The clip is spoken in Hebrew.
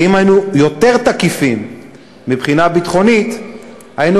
ואם היינו יותר תקיפים מבחינה ביטחונית היינו